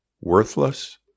worthless